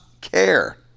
care